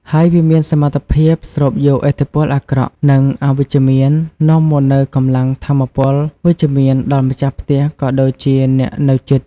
ហើយវាមានសមត្ថភាពស្រូបយកឥទ្ធិពលអាក្រក់ និងអវិជ្ជមាន នាំមកនូវកម្លាំងថាមពលវិជ្ជមានដល់ម្ចាស់ផ្ទះក៏ដូចជាអ្នកនៅជិត។